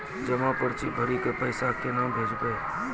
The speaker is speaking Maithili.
जमा पर्ची भरी के पैसा केना भेजबे?